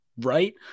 right